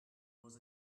was